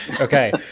Okay